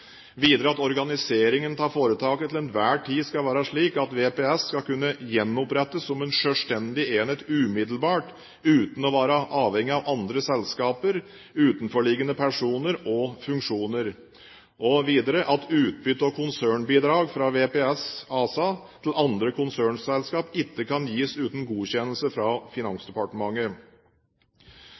videre at organiseringen av foretaket til enhver tid skal være slik at VPS skal kunne gjenopprettes som en selvstendig enhet umiddelbart, uten å være avhengig av andres selskaper, utenforliggende personer og funksjoner, og videre at utbytte og konsernbidrag fra VPS ASA til andre konsernselskap ikke kan gis uten godkjennelse av Finansdepartementet.